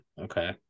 okay